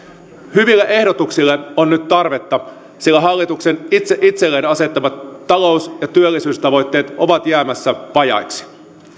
hyville ehdotuksille on nyt tarvetta sillä hallituksen itse itselleen asettamat talous ja työllisyystavoitteet ovat jäämässä vajaiksi